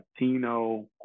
Latino